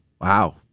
Wow